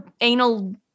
anal-